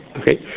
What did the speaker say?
okay